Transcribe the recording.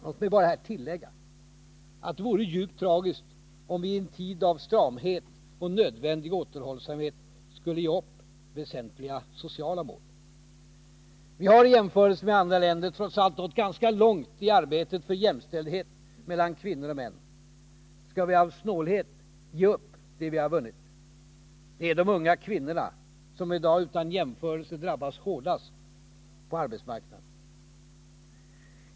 Låt mig bara tillägga att det vore djupt tragiskt om vi i en tid av stramhet och nödvändig återhållsamhet skulle ge upp väsentliga sociala mål. Vi har i jämförelse med andra länder trots allt nått ganska långt i arbetet för jämställdhet mellan kvinnor och män. Skall vi av snålhet ge upp det vi har vunnit? De unga kvinnorna är de som drabbas ojämförligt hårdast på arbetsmarknaden i dag.